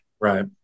Right